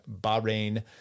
bahrain